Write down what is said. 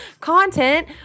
content